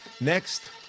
next